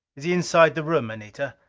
is he inside the room, anita?